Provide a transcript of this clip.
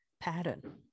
pattern